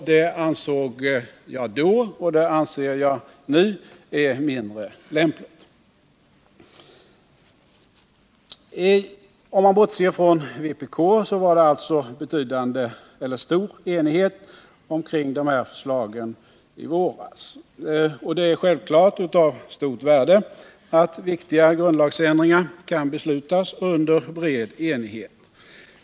Det ansåg jag då och det anser jag nu är mindre lämpligt. Om man bortser från vpk rådde det alltså stor enighet omkring de här förslagen i våras, och det är självfallet av stort värde att viktiga grundlagsändringar kan beslutas under bred enighet.